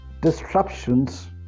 disruptions